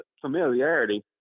familiarity